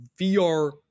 VR